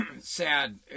sad